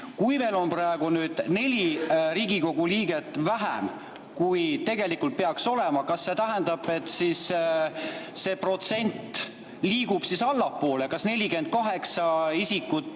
Kui meil on praegu neli Riigikogu liiget vähem, kui tegelikult peaks olema, siis kas see tähendab, et see protsent liigub allapoole – kas 48 isikut